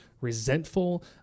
resentful